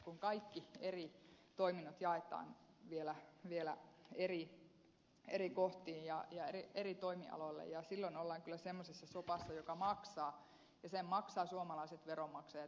kun kaikki eri toiminnot jaetaan vielä eri kohtiin ja eri toimialoille silloin ollaan kyllä semmoisessa sopassa joka maksaa ja sen maksavat suomalaiset veronmaksajat